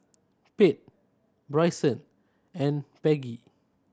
Pate Brycen and Peggy